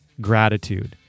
gratitude